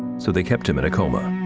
so they kept him in a coma.